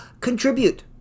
contribute